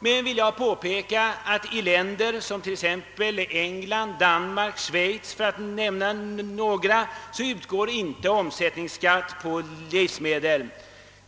Jag vill påpeka att det i länder som England, Danmark och Schweiz, för att nämna några, inte utgår någon omsättningsskatt på livsmedel.